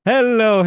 Hello